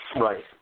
Right